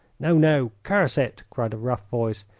no, no curse it! cried a rough voice,